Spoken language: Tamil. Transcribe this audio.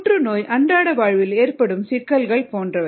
புற்றுநோய் அன்றாட வாழ்வில் ஏற்படும் சிக்கல்கள் போன்றவை